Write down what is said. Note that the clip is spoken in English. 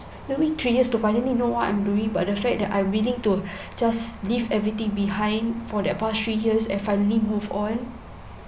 took me three years to finally know what I'm doing but the fact that I willing to just leave everything behind for that past three years and finally move on